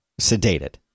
sedated